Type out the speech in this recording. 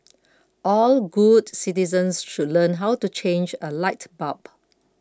all good citizens should learn how to change a light bulb